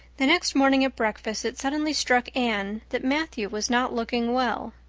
the next morning at breakfast it suddenly struck anne that matthew was not looking well.